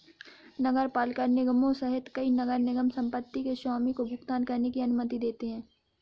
नगरपालिका निगमों सहित कई नगर निगम संपत्ति के स्वामी को भुगतान करने की अनुमति देते हैं